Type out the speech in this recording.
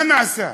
מה נעשה,